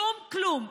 שום כלום.